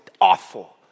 awful